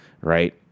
right